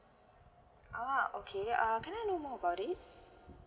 ah okay uh can I know more about it